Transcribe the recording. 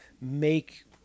make